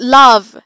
love